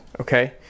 okay